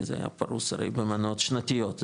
כי פרוס הרי במנות שנתיות,